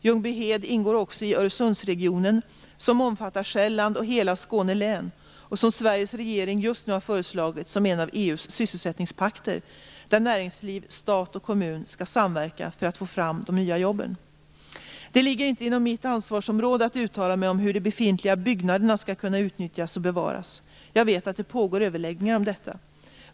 Ljungbyhed ingår också i Öresundsregionen, som omfattar Sjælland och hela Skåne län, och som Sveriges regering just har föreslagit som en av EU:s sysselsättningspakter där näringsliv, stat och kommun skall samverka för att få fram de nya jobben. Det ligger inte inom mitt ansvarsområde att uttala mig om hur de befintliga byggnaderna skall kunna utnyttjas och bevaras. Jag vet att det pågår överläggningar om detta.